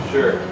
Sure